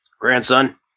grandson